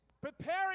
Preparing